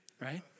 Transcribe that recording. right